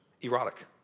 erotic